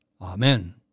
Amen